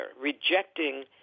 rejecting